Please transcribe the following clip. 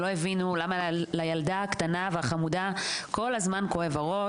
לא הבינו למה לילדה הקטנה והחמודה כל הזמן כואב הראש.